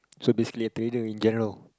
so basically a trader in general